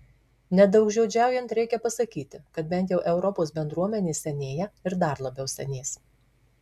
nedaugžodžiaujant reikia pasakyti kad bent jau europos bendruomenė senėja ir dar labiau senės